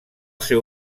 seu